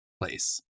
place